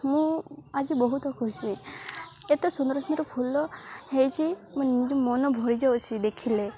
ମୁଁ ଆଜି ବହୁତ ଖୁସି ଏତେ ସୁନ୍ଦର ସୁନ୍ଦର ଫୁଲ ହୋଇଛି ମୋ ନିଜ ମନ ଭରିଯାଉଛି ଦେଖିଲେ